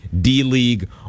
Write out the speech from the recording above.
D-League